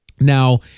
now